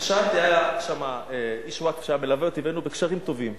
והיה שם איש ווקף שהיה מלווה אותי והיינו בקשרים טובים.